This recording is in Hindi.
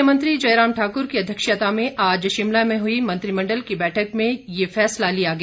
मुख्यमंत्री जयराम ठाक्र की अध्यक्षता में आज शिमला में हुई मंत्रिमण्डल की बैठक में ये फैसला लिया गया